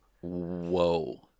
Whoa